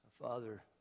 Father